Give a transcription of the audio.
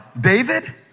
David